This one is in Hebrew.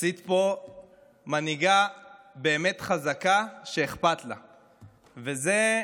עשית פה מנהיגה באמת חזקה, שאכפת לה, וזה,